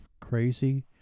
crazy